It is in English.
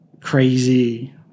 crazy